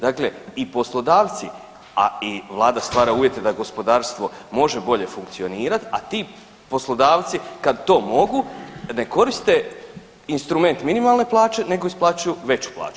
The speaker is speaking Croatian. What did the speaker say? Dakle, i poslodavci, a i Vlada stvara uvjete da gospodarstvo može bolje funkcionirati, a ti poslodavci kad to mogu ne koriste instrument minimalne plaće, nego isplaćuju veću plaću.